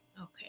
Okay